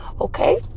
Okay